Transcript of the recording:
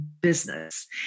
business